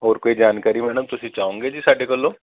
ਹੋਰ ਕੋਈ ਜਾਣਕਾਰੀ ਮੈਡਮ ਤੁਸੀਂ ਚਾਹੋਂਗੇ ਜੀ ਸਾਡੇ ਵੱਲੋਂ